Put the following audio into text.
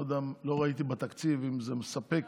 לא ראיתי בתקציב אם זה מספק,